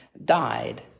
Died